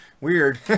Weird